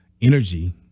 energy